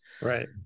Right